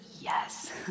yes